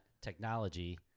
technology